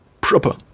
proper